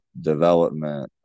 development